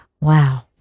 Wow